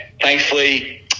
thankfully